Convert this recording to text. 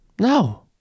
no